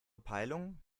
peilung